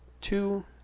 two